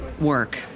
work